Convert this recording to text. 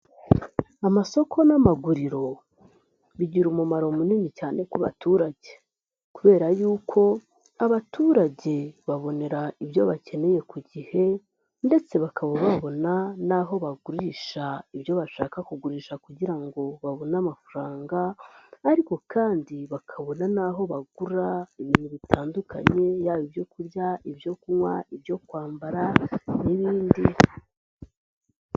Amasoko n'amaguriro bigira umumaro munini cyane ku baturage kubera yuko abaturage babonera ibyo bakeneye ku gihe ndetse bakaba babona n'aho bagurisha ibyo bashaka kugurisha kugira ngo babone amafaranga, ariko kandi bakabona n'aho bagura ibintu bitandukanye yaba ibyo kurya, ibyo kunywa, ibyo kwambara n'ibindi.